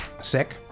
Sick